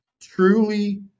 truly